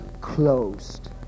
closed